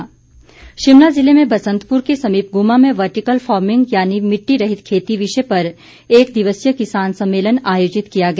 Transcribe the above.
किसान सम्मेलन शिमला ज़िले में बसंतपुर के समीप गुम्मा में वर्टिकल फार्मिंग यानि मिट्टी रहित खेती विषय पर एक दिवसीय किसान सम्मेलन आयोजित किया गया